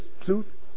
truth